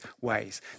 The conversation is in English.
ways